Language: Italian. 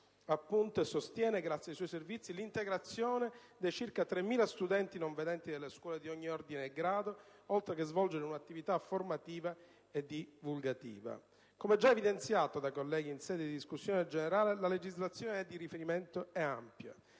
appunto - grazie ai suoi servizi - l'integrazione dei circa 3.000 studenti non vedenti delle scuole di ogni ordine e grado, oltre che svolgere un'attività informativa e divulgativa. Come già evidenziato dai colleghi in sede di discussione generale, la legislazione di riferimento è ampia: